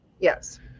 Yes